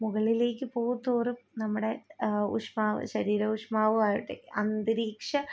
മുകളിലേക്ക് പോകും തോറും നമ്മുടെ ഊഷ്മാവ് ശരീര ഊഷ്മാവുമാകട്ടെ അന്തരീക്ഷ